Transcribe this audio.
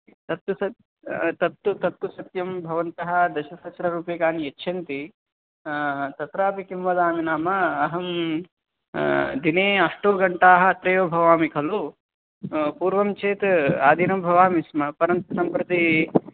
तत्तु सत् तत्तु तत्तु सत्यं भवन्तः दशसहस्ररूप्यकाणि यच्छन्ति तत्रापि किं वदामि नाम अहं दिने अष्टौ घण्टाः अत्रैव भवामि खलु पूर्वं चेत् आदिनं भवामि स्म परन्तु सम्प्रति